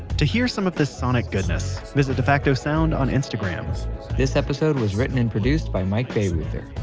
to hear some of this sonic goodness, visit defacto sound on instagram this episode was written and produced by mike baireuther.